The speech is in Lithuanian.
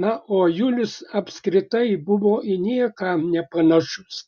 na o julius apskritai buvo į nieką nepanašus